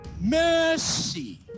Mercy